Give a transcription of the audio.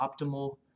optimal